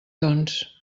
doncs